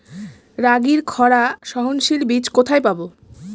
রাগির খরা সহনশীল বীজ কোথায় পাবো?